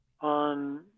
on